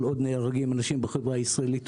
כל עוד נהרגים אנשים בחברה הישראלית,